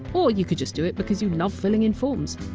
or you can just do it because you love filling in forms,